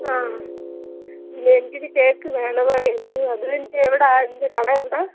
ആ ഇല്ലേ എനിക്കൊരു കേക്ക് വേണമായിരുന്നു അത് എവിടെയാണ് ഇതിൻ്റെ കട എവിടെയാണ്